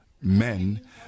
men